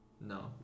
No